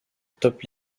top